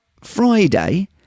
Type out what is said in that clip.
friday